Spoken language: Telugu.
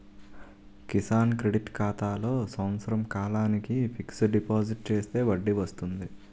కిసాన్ క్రెడిట్ ఖాతాలో సంవత్సర కాలానికి ఫిక్స్ డిపాజిట్ చేస్తే వడ్డీ వస్తుంది